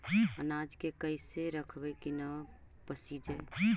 अनाज के कैसे रखबै कि न पसिजै?